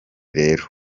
rero